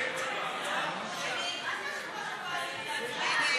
אין תשובה, הצבעה.